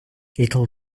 it’ll